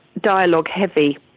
dialogue-heavy